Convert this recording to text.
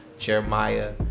Jeremiah